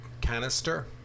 canister